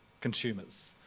consumers